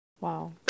Wow